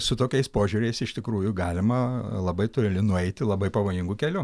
su tokiais požiūriais iš tikrųjų galima labai toli nueiti labai pavojingu keliu